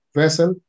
vessel